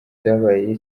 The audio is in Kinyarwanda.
byabaye